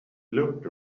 looked